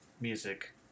music